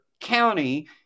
County